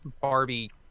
Barbie